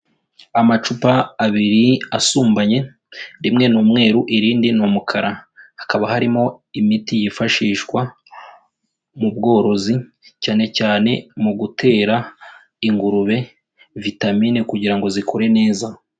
Amacupa abiri asumbanye, rimwe ni umweru irindi ni umukara, hakaba harimo imiti yifashishwa mu bworozi cyane cyane mu gutera ingurube vitamine kugira ngo zikure neza.